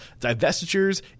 Divestitures